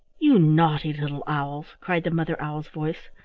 you naughty little owls, cried the mother owl's voice,